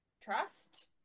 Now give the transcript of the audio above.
trust